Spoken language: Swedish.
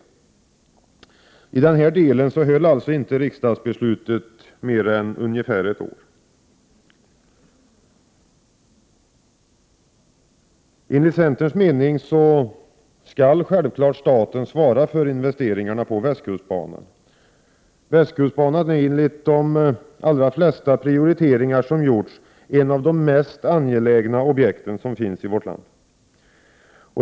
I denna del höll alltså inte riksdagsbeslutet mer än ungefär ett år. Enligt centerns mening skall självklart staten svara för investeringarna på västkustbanan. Västkustbanan är enligt de allra flesta prioriteringar som gjorts ett av de mest angelägna objekt som finns i vårt land.